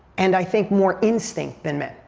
and i think more instinct than men,